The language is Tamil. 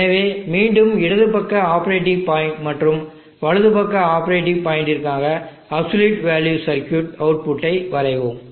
எனவே மீண்டும் இடது பக்க ஆப்பரேட்டிங் பாயிண்ட் மற்றும் வலது பக்க ஆப்பரேட்டிங் பாயிண்ட்டிற்கான அப்சல்யூட் வேல்யூ சர்க்யூட் அவுட்புட்டை வரைவோம்